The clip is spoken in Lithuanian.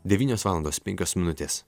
devynios valandos penkios minutės